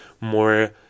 more